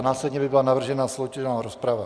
Následně by byla navržena sloučená rozprava.